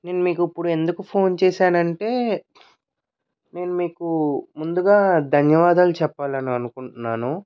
నేను మీకు ఇప్పుడు ఎందుకు ఫోన్ చేశానంటే నేను మీకు ముందుగా ధన్యవాదాలు చెప్పాలని అనుకుంటున్నాను